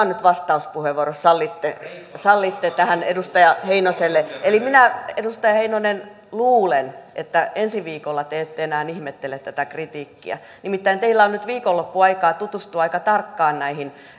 nyt vastauspuheenvuoro jos sallitte tähän edustaja heinoselle eli edustaja heinonen minä luulen että ensi viikolla te ette enää ihmettele tätä kritiikkiä nimittäin teillä on nyt viikonloppu aikaa tutustua aika tarkkaan näihin